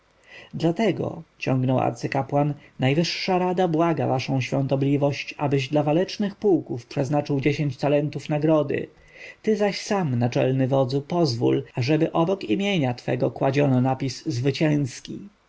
dlatego ciągnął arcykapłan najwyższa rada błaga waszą świątobliwość abyś dla walecznych pułków przeznaczył dziesięć talentów nagrody ty zaś sam naczelny wodzu pozwól ażeby obok imienia twego kładziono napis zwycięski